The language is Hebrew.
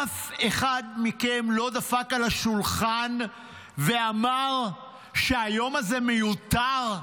אף אחד מכם לא דפק על השולחן ואמר שהיום הזה מיותר.